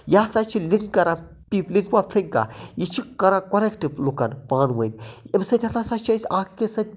یہِ ہَسا چھُ لِنک کَران لِنگوا فریٚنکا یہِ چھُ کَران کۄریکٹ لُکَن پانہٕ وٕنۍ اَمہِ سۭتۍ ہَسا چھِ أسۍ اَکھ أکِس سۭتۍ